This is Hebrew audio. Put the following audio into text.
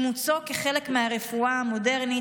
אימוצו כחלק מהרפואה המודרנית,